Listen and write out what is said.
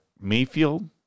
Mayfield